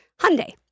Hyundai